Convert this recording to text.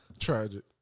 tragic